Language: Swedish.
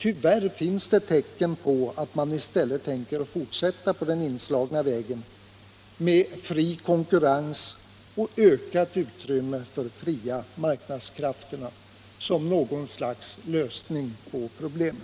— Tyvärr finns det tecken på att man i stället tänker fortsätta på den inslagna vägen med ”fri konkurrens” och ökat utrymme för de fria marknadskrafterna som något slags lösning på problemen.